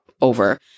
over